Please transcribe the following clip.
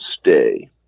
stay